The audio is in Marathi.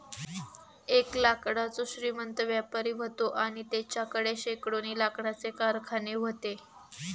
एक लाकडाचो श्रीमंत व्यापारी व्हतो आणि तेच्याकडे शेकडोनी लाकडाचे कारखाने व्हते